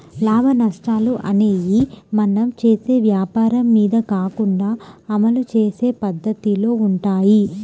లాభనష్టాలు అనేయ్యి మనం చేసే వ్వాపారం మీద కాకుండా అమలు చేసే పద్దతిలో వుంటయ్యి